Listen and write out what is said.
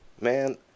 man